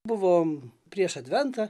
buvom prieš adventą